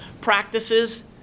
practices